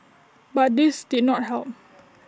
but this did not help